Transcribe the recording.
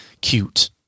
cute